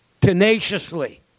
tenaciously